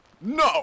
No